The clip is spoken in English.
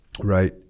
Right